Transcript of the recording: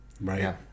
Right